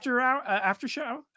after-show